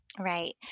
Right